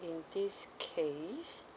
in this case